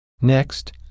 Next